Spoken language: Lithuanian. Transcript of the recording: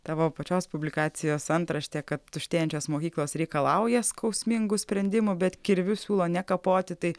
tavo pačios publikacijos antraštė kad tuštėjančios mokyklos reikalauja skausmingų sprendimų bet kirviu siūlo nekapoti tai